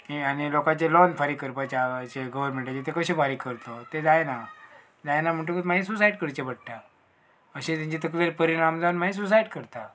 हें आनी लोकांचे लॉन फारीक करपाचे गोवोरमेंटाचे तें कशे फारीक करतलो तें जायना जायना म्हणटकच मागीर सुसायड करचे पडटा अशें तेंचे तकलेर परिणाम जावन मागीर सुसायड करता